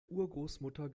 urgroßmutter